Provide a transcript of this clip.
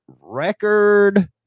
Record